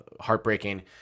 Heartbreaking